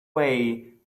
way